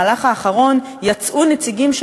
במהלך האחרון יצאו נציגים,